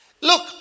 Look